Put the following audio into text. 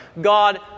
God